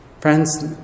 Friends